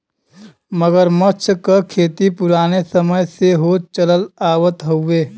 मगरमच्छ क खेती पुराने समय से होत चलत आवत हउवे